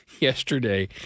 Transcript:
yesterday